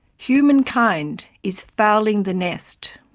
humankind is fouling the nest.